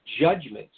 Judgments